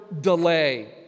delay